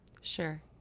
Sure